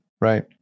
Right